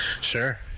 Sure